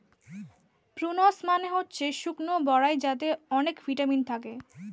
prunes মানে হচ্ছে শুকনো বরাই যাতে অনেক ভিটামিন থাকে